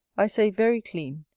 i say very clean,